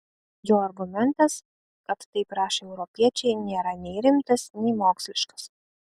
jo argumentas kad taip rašo europiečiai nėra nei rimtas nei moksliškas